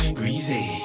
greasy